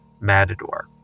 Matador